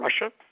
russia